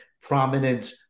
prominent